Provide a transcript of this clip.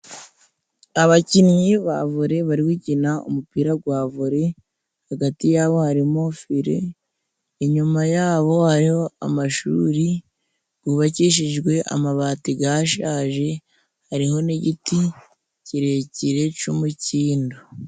Abakinnyi ba vore bari gukina umupira wa vore, hagati yabo harimo file inyuma yabo hariho amashuri yubakishijwe amabati yashaje, hariho n'igiti kirekire cy'umukindo.